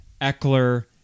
Eckler